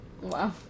Wow